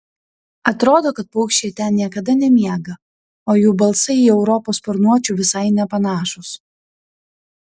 atrodo kad paukščiai ten niekada nemiega o jų balsai į europos sparnuočių visai nepanašūs